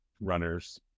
runners